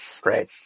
Great